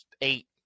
eight